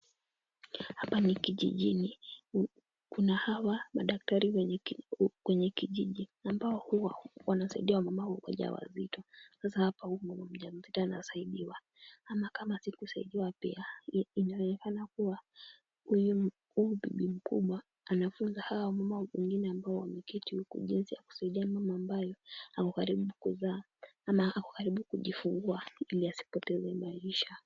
Hapa ni kijijini, kuna hawa madaktari kwenye kijiji, ambao huwa wanasaidia wamama wajawazito, sasa hapa huyu mjamzito anasaidiwa, ama kama si kusaidiwa pia inaonekana kuwa, huyu bibi mkubwa anafunza hawa wamama wengine ambao wameketi huku jinsi ya kusaidia mama ambaye ako karibu kuzaa, ama ako karibu kujifungua, ili asipoteze maisha.